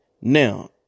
Now